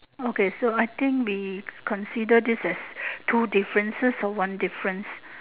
okay so I think we consider this as two differences or one difference